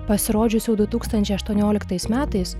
pasirodžiusių du tūkstančiai aštuonioliktais metais